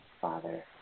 Father